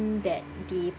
that the